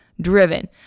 driven